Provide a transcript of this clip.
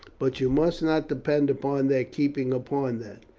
but you must not depend upon their keeping upon that.